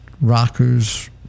rockers